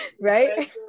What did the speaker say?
right